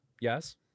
Yes